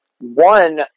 one